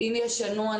אם ישנו,